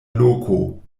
loko